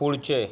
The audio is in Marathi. पुढचे